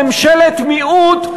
ממשלת מיעוט,